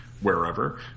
wherever